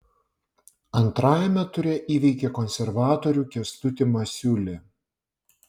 antrajame ture įveikė konservatorių kęstutį masiulį